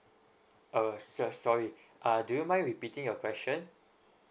uh sir sorry uh do you mind repeating your question